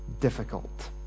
difficult